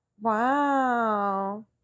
Wow